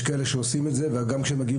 יש כאלה שעושים את זה וגם כשהם מגיעים